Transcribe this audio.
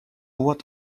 what